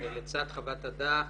ולצד חוות הדעת,